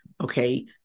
Okay